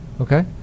Okay